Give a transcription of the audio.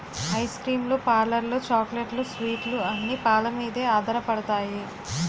ice cream లు పార్లర్లు చాక్లెట్లు స్వీట్లు అన్ని పాలమీదే ఆధారపడతాయి